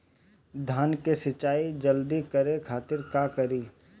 धान के सिंचाई जल्दी करे खातिर का करी?